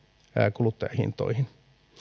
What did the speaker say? kuluttajahintoihin